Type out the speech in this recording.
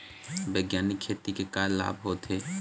बैग्यानिक खेती के का लाभ होथे?